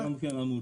אנחנו גם עמותה.